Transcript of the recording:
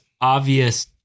obvious